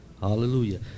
Hallelujah